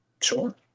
sure